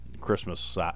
christmas